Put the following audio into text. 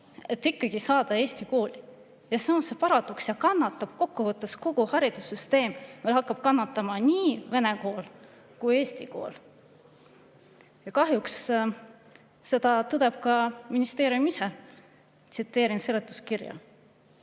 et ikkagi saada eesti kooli. See on see paradoks. Kannatab kokkuvõttes kogu haridussüsteem. Meil hakkavad kannatama nii vene kool kui ka eesti kool. Kahjuks tõdeb seda ka ministeerium ise. Tsiteerin seletuskirja: